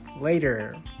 later